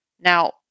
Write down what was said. now